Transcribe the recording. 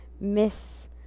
miss